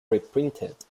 reprinted